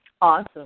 Awesome